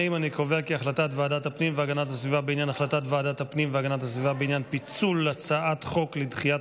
הפנים והגנת הסביבה בדבר פיצול הצעת חוק לדחיית